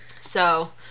So-